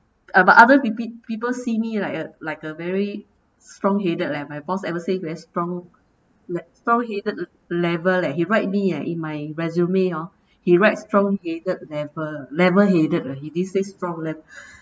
uh but other pe~ pe~ people see me like a like a very strong-headed leh my boss ever say as strong le~ strong-headed level leh he write me ah in my resume oh he write strong-headed level level-headed eh he didn't say strong leh